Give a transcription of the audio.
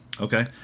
Okay